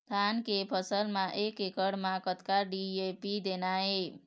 धान के फसल म एक एकड़ म कतक डी.ए.पी देना ये?